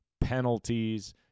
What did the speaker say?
penalties